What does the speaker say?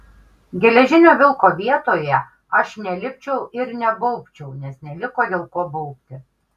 geležinio vilko vietoje aš nelipčiau ir nebaubčiau nes neliko dėl ko baubti